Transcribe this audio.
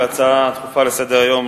בהצעה דחופה לסדר-היום,